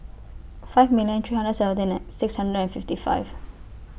five million three hundred seventeen thousand six hundred and fifty five